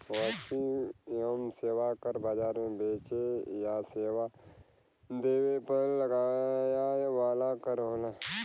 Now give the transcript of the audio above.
वस्तु एवं सेवा कर बाजार में बेचे या सेवा देवे पर लगाया वाला कर होला